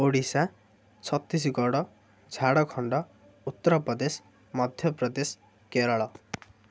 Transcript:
Odisha Chhattisgarh Jharkhand Uttar Pradesh Madhya Pradesh Kerala